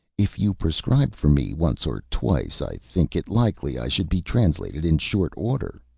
if you prescribed for me once or twice i think it likely i should be translated in short order,